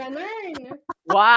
Wow